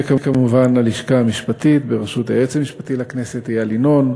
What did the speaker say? וכמובן הלשכה המשפטית בראשות היועץ המשפטי לכנסת איל ינון,